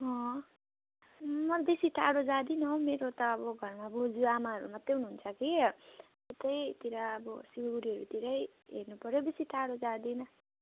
अँ म बेसी टाढो जाँदिन हौ मेरो त अब घरमा बोजू आमाहरू मात्रै हुनुहुन्छ कि यतैतिर अब सिलगढीहरूतिरै हेर्नुपर्यो बेसी टाढो जाँदिन